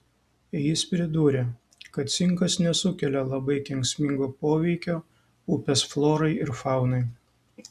jis pridūrė kad cinkas nesukelia labai kenksmingo poveikio upės florai ir faunai